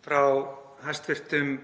frá hæstv.